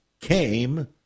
came